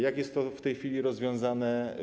Jak jest to w tej chwili rozwiązane?